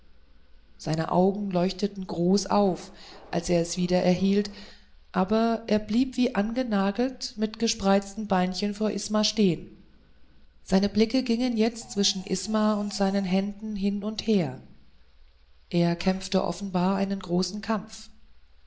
seine augen leuchteten groß auf als er es wieder erhielt aber er blieb wie angenagelt mit gespreizten beinchen vor isma stehen seine blicke gingen jetzt zwischen isma und seinen händen hin und her er kämpfte offenbar einen großen kampf